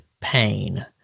pain